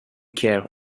care